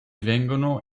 vengono